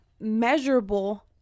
measurable